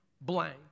blank